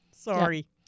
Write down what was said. Sorry